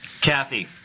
Kathy